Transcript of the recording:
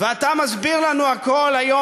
ואתה מסביר לנו היום,